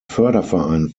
förderverein